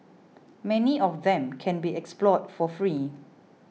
many of them can be explored for free